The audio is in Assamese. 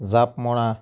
জাঁপ মৰা